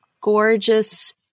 gorgeous